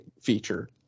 feature